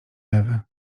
ewy